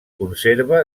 conserva